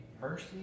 mercy